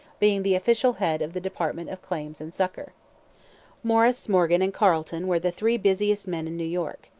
being the official head of the department of claims and succour morris, morgan, and carleton were the three busiest men in new york.